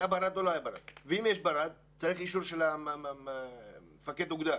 אם יש ברד, צריך אישור של מפקד האוגדה